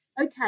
okay